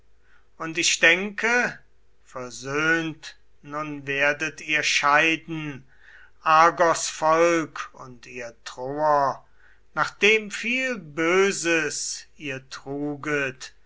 und ich denke versöhnt nun werdet ihr scheiden argos volk und ihr troer nachdem viel böses ihr truget